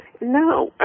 No